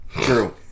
True